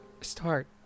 start